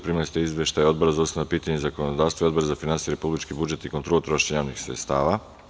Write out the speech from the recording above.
Primili ste izveštaje Odbora za ustavna pitanja i zakonodavstvo i Odbor za finansije, republički budžet i kontrolu trošenja javnih sredstava.